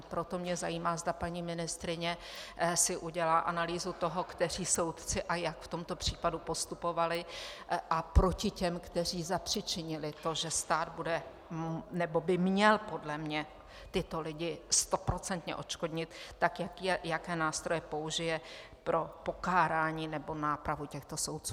Proto mě zajímá, zda paní ministryně si udělá analýzu toho, kteří soudci a jak v tomto případu postupovali, a proti těm, kteří zapříčinili to, že stát bude nebo by měl podle mě tyto lidi stoprocentně odškodnit, jaké nástroje použije pro pokárání nebo nápravu těchto soudců.